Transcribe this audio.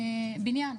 הבניין.